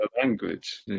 language